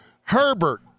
Herbert